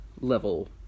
level